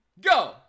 Go